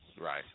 Right